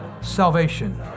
salvation